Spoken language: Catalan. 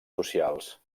socials